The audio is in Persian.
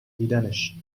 دیدنش